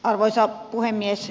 arvoisa puhemies